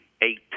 eight